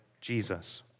Jesus